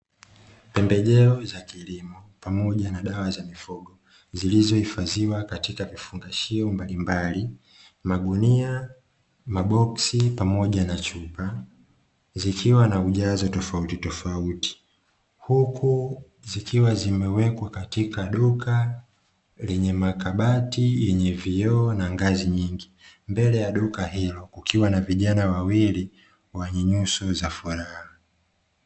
Pembejeo za kilimo pamoja na dawa za mifugo zilizohifadhiwa katika vifungashio mbalimbali: magunia, maboksi pamoja na chupa; zikiwa na ujazo tofautitofauti. Huku zikiwa zimewekwa katika duka lenye makabati yenye vioo na ngazi nyingi. Mbele ya duka hilo ukiwa na vijana wawili wenye nyuso za furaha.